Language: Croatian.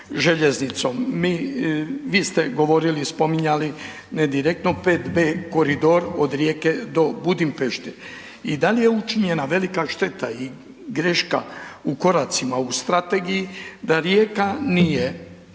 željeznicom. Vi ste govorili i spominjali, ne direktno 5B koridor od Rijeke do Budimpešte i dal je učinjena velika šteta i greška u koracima, u strategiji, da Rijeka nije,